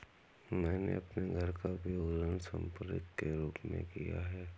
मैंने अपने घर का उपयोग ऋण संपार्श्विक के रूप में किया है